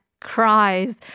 cries